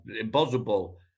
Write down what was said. impossible